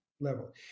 level